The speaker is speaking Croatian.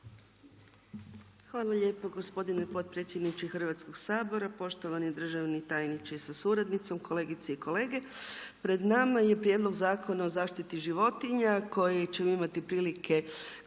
Hvala lijepa gospodine potpredsjedniče Hrvatskog sabora, poštovani državni tajniče sa suradnicom, kolegice i kolege. Pred nama je prijedlog Zakona o zaštiti životinja koje ćemo imati prilike